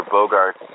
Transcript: Bogart